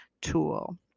tool